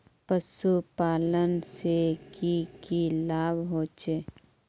पशुपालन से की की लाभ होचे?